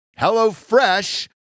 HelloFresh